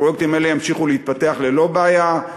הפרויקטים האלה ימשיכו להתפתח ללא בעיה,